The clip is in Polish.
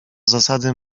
zasady